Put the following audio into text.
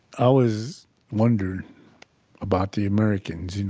always wondered about the americans, you know,